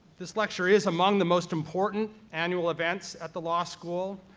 this lecture is among the most important annual events at the law school,